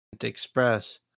Express